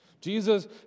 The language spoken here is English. jesus